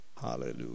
hallelujah